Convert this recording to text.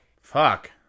Fuck